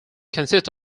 consist